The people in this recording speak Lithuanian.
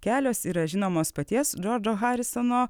kelios yra žinomos paties džordžo harisono